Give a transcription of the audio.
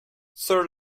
sir